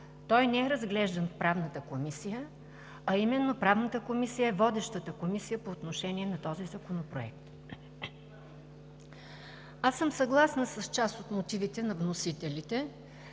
Той не е разглеждан в Правната комисия, а именно Правната комисия е водещата комисия по отношение на този законопроект. Аз съм съгласна с част от мотивите на вносителите